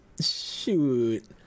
shoot